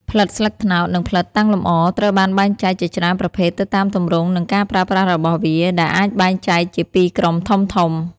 ផ្លិតស្លឹកត្នោត និងផ្លិតតាំងលម្អ ត្រូវបានបែងចែកជាច្រើនប្រភេទទៅតាមទម្រង់និងការប្រើប្រាស់របស់វា ដែលអាចបែងចែកជាពីរក្រុមធំៗ។